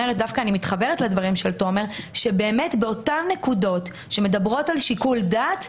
לדברים של תומר שבאותן נקודות שמדברות על שיקול דעת,